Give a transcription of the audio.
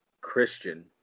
Christian